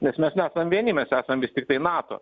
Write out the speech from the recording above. nes mes nesam vieni mes esam vis tiktai nato